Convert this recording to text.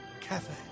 cafe